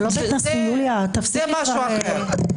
זה משהו אחר.